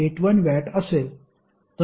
81 watt असेल